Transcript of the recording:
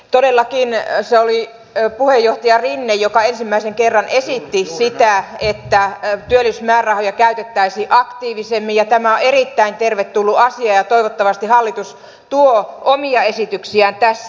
todellakin se oli puheenjohtaja rinne joka ensimmäisen kerran esitti sitä että työllisyysmäärärahoja käytettäisiin aktiivisemmin ja tämä on erittäin tervetullut asia ja toivottavasti hallitus tuo omia esityksiään tässä